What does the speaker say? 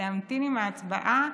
להמתין עם ההצבעה